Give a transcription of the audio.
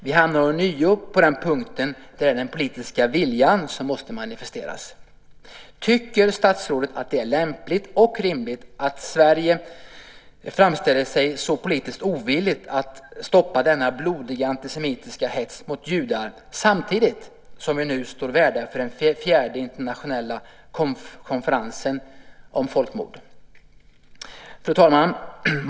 Vi hamnar ånyo på den punkten att det är den politiska viljan som måste manifesteras. Tycker statsrådet att det är lämpligt och rimligt att Sverige framställer sig så politiskt ovilligt att stoppa denna blodiga antisemitiska hets mot judar samtidigt som vi nu står värdar för den fjärde internationella konferensen om folkmord? Fru talman!